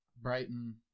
Brighton